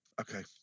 Okay